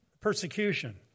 Persecution